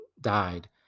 died